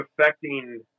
affecting